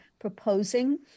proposing